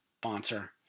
sponsor